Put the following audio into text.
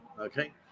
okay